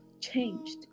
changed